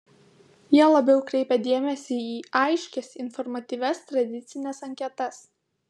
jie labiau kreipia dėmesį į aiškias informatyvias tradicines anketas